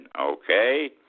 Okay